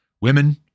women